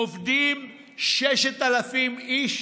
עובדים 6,000 איש